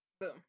Boom